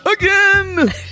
Again